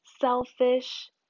selfish